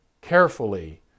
carefully